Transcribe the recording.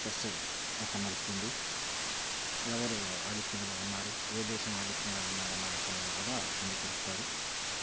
chess ఎక్కడ నడుస్తుంది ఎవరు ఆధిక్యంలో ఉన్నారు ఏ దేశం ఆధిక్యంలో ఉన్నది అన్న విషయాలను కూడా పొందుపరుస్తారు